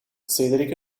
cedric